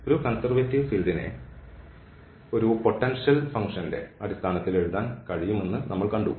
ഒരു കൺസെർവേറ്റീവ് ഫീൽഡിനെ ഒരു പൊട്ടൻഷ്യൽ ഫങ്ക്ഷന്റെ അടിസ്ഥാനത്തിൽ എഴുതാൻ കഴിയുമെന്ന് നമ്മൾ കണ്ടു